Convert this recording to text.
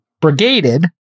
brigaded